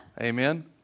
Amen